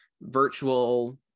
virtual